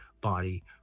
body